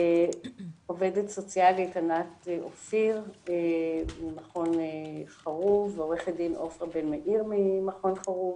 עובדת סוציאלית ענת אופיר ממכון חרוב ועו"ד עפרה בן-מאיר ממכון חרוב,